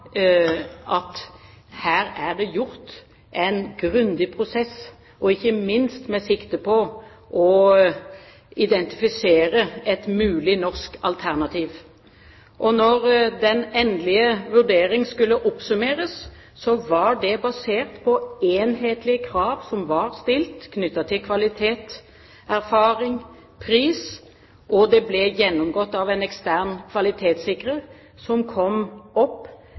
at her har det vært en grundig prosess – ikke minst med sikte på å identifisere et mulig norsk alternativ. Når den endelige vurdering skulle oppsummeres, var det basert på enhetlige krav som var stilt knyttet til kvalitet, erfaring og pris, og det ble gjennomgått av en ekstern kvalitetssikrer som kom